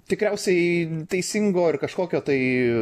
tikriausiai teisingo ir kažkokio tai